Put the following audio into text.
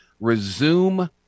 resume